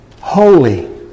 holy